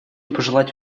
пожелать